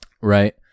right